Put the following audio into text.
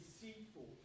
deceitful